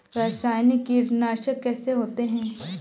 रासायनिक कीटनाशक कैसे होते हैं?